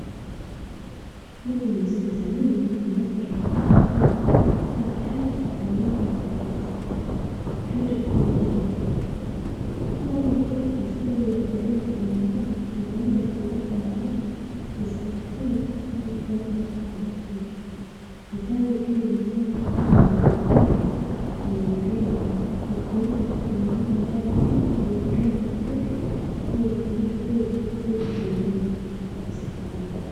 Huku ni hospitalini ambapo tunapata kwamba, daktari anaweza kumpatia mtoto huyu chanjo. Mama huyu kwa sababu ya upendo kwa mwanawe ameweza kumleta mwanawe hospitalini ili kuweza kupata chanjo. Na chanjo hii ni chanjo ambalo imepitishwa kwenye mdomo, kwa kuweza kufinyilia dawa hii kwenye mdomo wa mtoto, ili mtoto huyu awezekumeza kumsaidia.